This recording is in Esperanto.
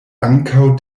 ankaŭ